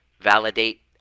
validate